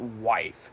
wife